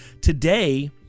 today